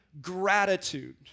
gratitude